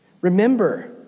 Remember